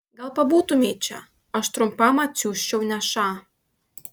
gal pabūtumei čia aš trumpam atsiųsčiau nešą